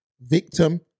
victim